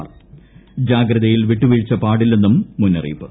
R ജാഗ്രതയിൽ വിട്ടുവീഴ്ച പാടില്ലെന്നും മുന്നറിയിപ്പ്